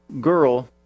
girl